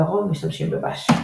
לרוב משתמשים בבאש.